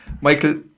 Michael